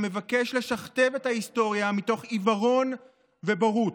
המבקש לשכתב את ההיסטוריה מתוך עיוורון ובורות.